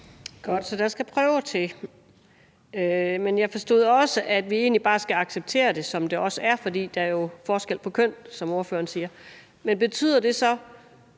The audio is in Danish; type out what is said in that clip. så der skal prøver til. Men jeg forstod også, at vi egentlig bare skal acceptere det, som det er, fordi der jo er forskel på køn, som ordføreren siger. Betyder det så,